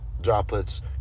droplets